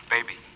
Baby